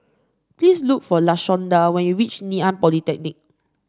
please look for Lashonda when you reach Ngee Ann Polytechnic